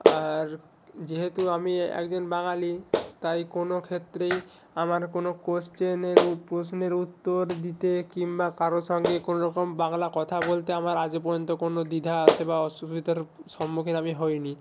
আর যেহেতু আমি একজন বাঙালি তাই কোনও ক্ষেত্রেই আমার কোনও কোশ্চেনের প্রশ্নের উত্তর দিতে কিংবা কারও সঙ্গে কোনওরকম বাংলা কথা বলতে আমার আজ পর্যন্ত কোনও দ্বিধা আসে বা অসুবিধার সম্মুখীন আমি হইনি